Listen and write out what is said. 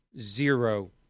zero